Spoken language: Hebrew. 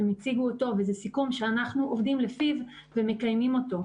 וזה סיכום שאנחנו עומדים לפיו ומקיימים איתו.